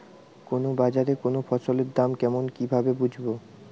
কোন বাজারে কোন ফসলের দাম কেমন কি ভাবে বুঝব?